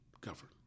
govern